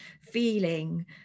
feeling